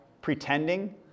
pretending